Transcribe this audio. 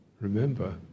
remember